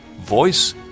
Voice